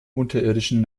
unterirdischen